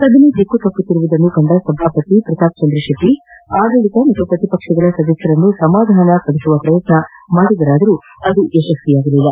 ಸದನ ದಿಕ್ಕು ತಪ್ಪುತ್ತಿರುವುದನ್ನು ಕಂಡ ಸಭಾಪತಿ ಪ್ರತಾಪ ಚಂದ್ರ ಶೆಟ್ಟಿ ಆಡಳಿತ ಮತ್ತು ಪ್ರತಿಪಕ್ಷಗಳ ಸದಸ್ಯರನ್ನು ಸಮಾಧಾನ ಪದಿಸುವ ಪ್ರಯತ್ನ ನಡೆಸಿದರಾದರೂ ಅದು ಫಲ ಕೊಡಲಿಲ್ಲ